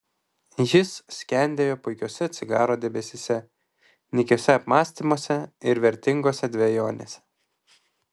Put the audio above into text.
jis skendėjo puikiuose cigaro debesyse nykiuose apmąstymuose ir vertingose dvejonėse